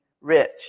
rich